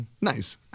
nice